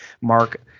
Mark